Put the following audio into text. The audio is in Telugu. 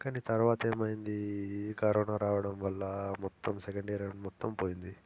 కానీ తరువాత ఏమైంది ఈ కరోనా రావడం వల్ల మొత్తం సెకండ్ ఇయర్ మొత్తం పోయింది